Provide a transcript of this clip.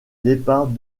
départ